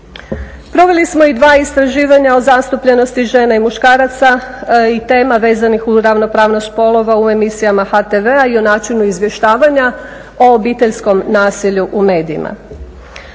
Proveli smo i dva istraživanja o zastupljenosti žena i muškaraca i tema vezanih uz ravnopravnost spolova u emisijama HTV-a i o načinu izvještavanja o obiteljskom nasilju u medijima.